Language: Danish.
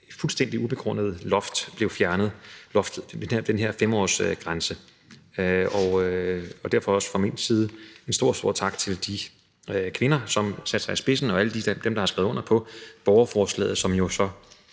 fuldstændig ubegrundede loft, den her 5-årsgrænse, blev fjernet? Derfor skal der også fra min side lyde en stor, stor tak til de kvinder, som har sat sig i spidsen, og til alle dem, der har skrevet under på borgerforslaget, som jo så